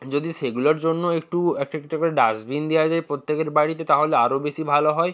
যদি সেগুলোর জন্য একটু একটা একটা করে ডাস্টবিন দেওয়া যায় প্রত্যেকের বাড়িতে তাহলে আরও বেশি ভালো হয়